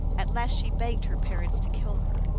at last she begged her parents to kill her.